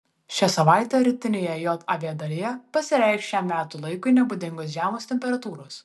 šią savaitę rytinėje jav dalyje pasireikš šiam metų laikui nebūdingos žemos temperatūros